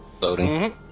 Loading